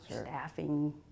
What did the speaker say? staffing